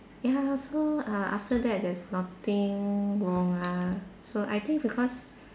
ya so uh after that there's nothing wrong lah so I think because